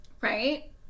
right